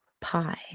pie